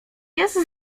jest